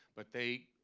but they